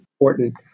important